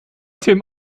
dem